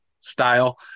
style